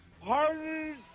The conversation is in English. parties